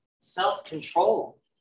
self-control